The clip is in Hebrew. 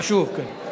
חשוב, כן.